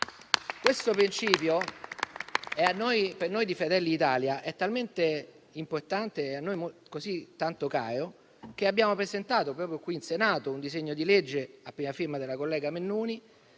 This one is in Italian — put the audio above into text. Questo principio per noi di Fratelli Italia è talmente importante ed è a noi così tanto caro che abbiamo presentato proprio qui in Senato un disegno di legge a prima firma della collega Mennuni